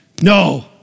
No